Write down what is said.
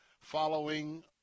following